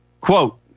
Quote